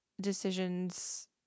decisions